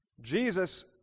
Jesus